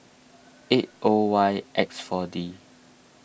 eight O Y X four D